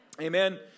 Amen